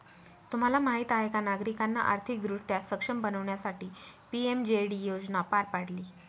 तुम्हाला माहीत आहे का नागरिकांना आर्थिकदृष्ट्या सक्षम बनवण्यासाठी पी.एम.जे.डी योजना पार पाडली